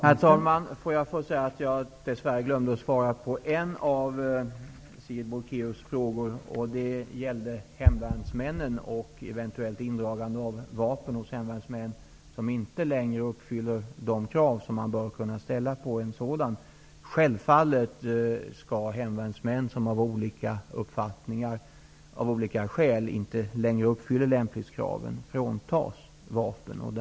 Herr talman! Låt mig först säga att jag dess värre glömde att svara på en av Sigrid Bolkéus frågor. Den gällde hemvärnsmännen och ett eventuellt indragande av vapen från hemvärnsmän som inte längre uppfyller de krav som man bör kunna ställa på en sådan. Hemvärnsmän som av olika skäl inte längre uppfyller lämplighetskraven skall självfallet fråntas vapen.